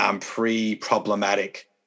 pre-problematic